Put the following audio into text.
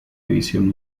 división